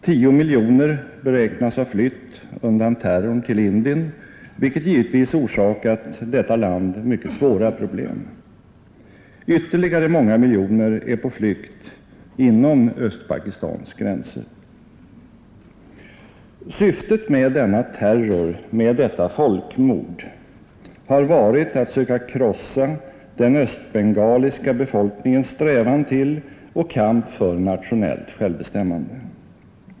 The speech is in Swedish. Tio miljoner beräknas ha flytt undan terrorn till Indien, vilket givetvis orsakat detta land mycket svåra problem. Ytterligare många miljoner är på flykt inom Östpakistans gränser. Syftet med denna terror, med detta folkmord har varit att söka krossa den östbengaliska befolkningens strävan till och kamp för nationellt självbestämmande.